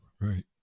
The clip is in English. Right